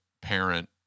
parent